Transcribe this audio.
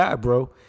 bro